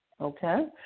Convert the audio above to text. Okay